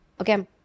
Okay